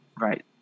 right